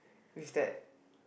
with that